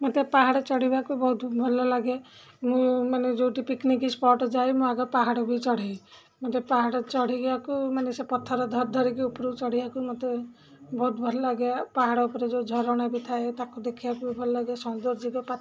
ମୋତେ ପାହାଡ଼ ଚଢ଼ିବାକୁ ବହୁତ ଭଲ ଲାଗେ ମୁଁ ମାନେ ଯେଉଁଠି ପିକ୍ନିକ୍ ସ୍ପଟ ଯାଏ ମୁଁ ଆଗ ପାହାଡ଼ ବି ଚଢ଼େ ମୋତେ ପାହାଡ଼ ଚଢ଼ିବାକୁ ମାନେ ସେ ପଥର ଧର ଧରିକି ଉପରୁ ଚଢ଼ିବାକୁ ମୋତେ ବହୁତ ଭଲ ଲାଗେ ଆଉ ପାହାଡ଼ ଉପରେ ଯେଉଁ ଝରଣା ବି ଥାଏ ତାକୁ ଦେଖିବାକୁ ଭଲ ଲାଗେ ସୌନ୍ଦର୍ଯ୍ୟକ ପା